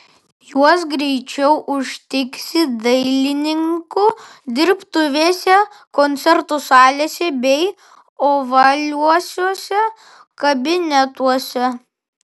juos greičiau užtiksi dailininkų dirbtuvėse koncertų salėse bei ovaliuosiuose kabinetuose